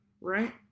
right